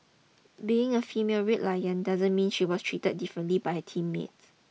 being a female Red Lion doesn't mean she was treated differently by teammates